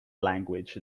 language